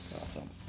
Awesome